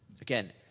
Again